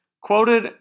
quoted